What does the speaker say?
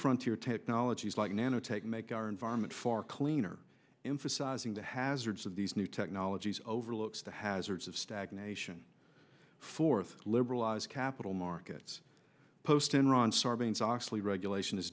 fronts here technologies like nanotech make our environment far cleaner emphasizing the hazards of these new technologies overlooks the hazards of stagnation fourth liberalise capital markets post enron sarbanes oxley regulation as